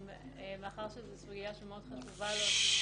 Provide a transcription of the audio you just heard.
--- מאחר שזאת סוגיה שמאוד חשובה לאוצר